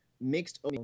mixed